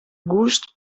gust